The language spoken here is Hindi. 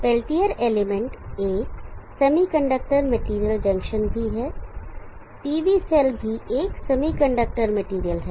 पेल्टियर एलिमेंट एक सेमीकंडक्टर मैटेरियल जंक्शन भी है PV सेल भी सेमीकंडक्टर मैटेरियल है